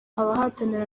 abahatanira